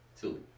Two